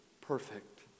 perfect